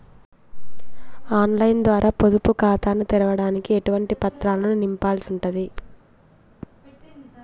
On line ద్వారా పొదుపు ఖాతాను తెరవడానికి ఎటువంటి పత్రాలను నింపాల్సి ఉంటది?